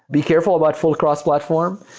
be careful about full cross-platform,